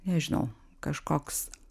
nežinau kažkoks